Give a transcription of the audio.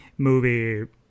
movie